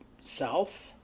self